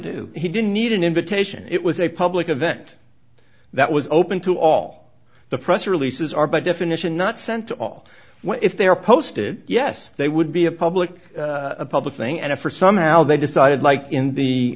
did he didn't need an invitation it was a public event that was open to all the press releases are by definition not sent to all well if they are posted yes they would be a public a public thing and if for some how they decided like in the